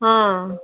ହଁ